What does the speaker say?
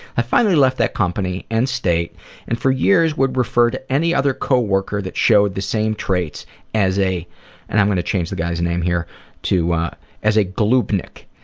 i finally left that company and state and for years would refer to any other co-worker that showed the same traits a and i'm going to change the guy's name here to as a gloopnik